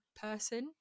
person